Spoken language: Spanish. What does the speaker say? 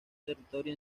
territorio